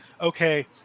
okay